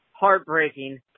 heartbreaking